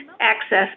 access